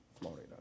Florida